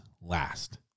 last